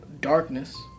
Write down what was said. darkness